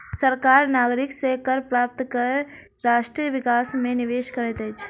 सरकार नागरिक से कर प्राप्त कय राष्ट्र विकास मे निवेश दैत अछि